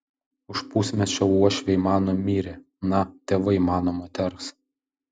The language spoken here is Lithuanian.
už pusmečio uošviai mano mirė na tėvai mano moters